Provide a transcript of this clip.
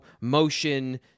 motion